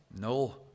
No